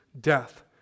death